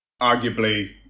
arguably